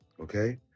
Okay